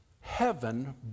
heaven